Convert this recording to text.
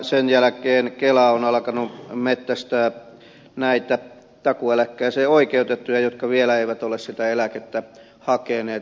sen jälkeen kela on alkanut metsästää näitä takuueläkkeeseen oikeutettuja jotka vielä eivät ole sitä eläkettä hakeneet